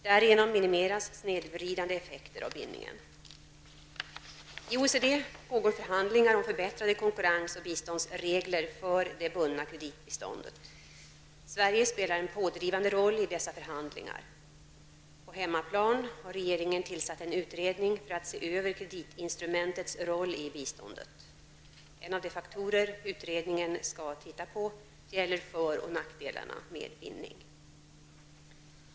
Därigenom minimeras snedvridande effekter av bindningen. I OECD pågår förhandlingar om förbättrade konkurrens och biståndsregler för det bundna kreditbiståndet. Sverige spelar en pådrivande roll i dessa förhandlingar. På hemmaplan har regeringen tillsatt en utredning för att se över kreditinstrumentets roll i biståndet . En av de faktorer utredningen skall titta på gäller för och nackdelarna med bindning.